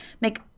make